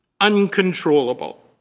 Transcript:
uncontrollable